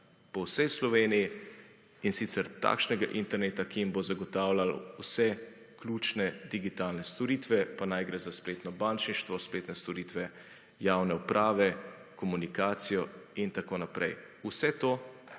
po vsej Sloveniji, in sicer takšnega interneta, ki jim bo zagotavljal vse ključne digitalne storitve, pa naj gre za spletno bančništvo, spletne storitve javne uprave, komunikacijo in tako naprej, vse to